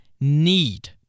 need